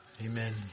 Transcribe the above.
Amen